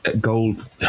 gold